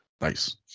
Nice